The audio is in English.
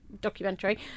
documentary